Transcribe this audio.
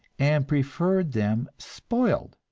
and preferred them spoiled.